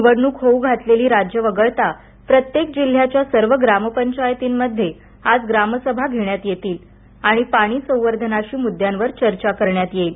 निवडणूक होऊ घातलेली राज्यं वगळता प्रत्येक जिल्हयाच्या सर्व ग्राम पंचायतींमध्ये आज ग्राम सभा घेण्यात येतील आणि पाणी आणि पाणी संवर्धनाशी मुद्यांवर चर्चा करण्यात येईल